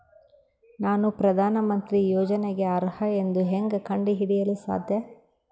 ನಾನು ಪ್ರಧಾನ ಮಂತ್ರಿ ಯೋಜನೆಗೆ ಅರ್ಹ ಎಂದು ಹೆಂಗ್ ಕಂಡ ಹಿಡಿಯಲು ಸಾಧ್ಯ?